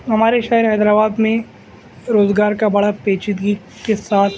ہمارے شہر حیدرآباد میں روزگار کا بڑا پیچیدگی کے ساتھ